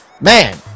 Man